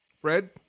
Fred